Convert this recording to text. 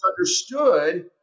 understood